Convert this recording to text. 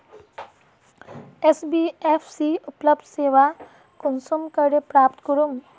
NBFC उपलब्ध सेवा कुंसम करे प्राप्त करूम?